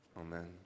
Amen